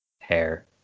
hair